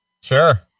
Sure